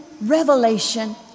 revelation